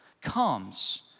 comes